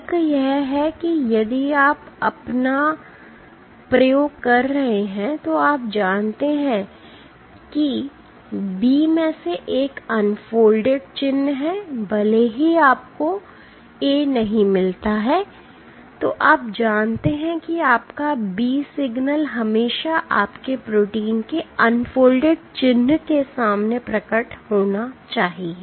तर्क यह है कि यदि आप अपना प्रयोग कर रहे हैं तो आप जानते हैं कि B में एक अनफोल्डेड चिन्ह है भले ही आपको A नहीं मिलता है तो आप जानते हैं कि आपका B सिग्नल हमेशा आपके प्रोटीन के अनफोल्डेड चिन्ह के सामने में प्रकट होना चाहिए